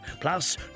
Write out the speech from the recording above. plus